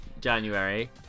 January